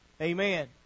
Amen